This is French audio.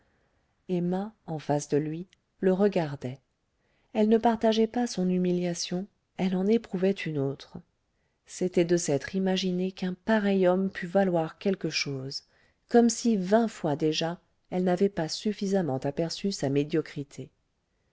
emma en face de lui le regardait elle ne partageait pas son humiliation elle en éprouvait une autre c'était de s'être imaginé qu'un pareil homme pût valoir quelque chose comme si vingt fois déjà elle n'avait pas suffisamment aperçu sa médiocrité